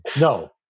No